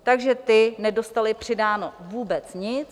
Takže ti nedostali přidáno vůbec nic.